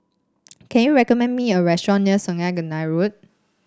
can you recommend me a restaurant near Sungei Tengah Road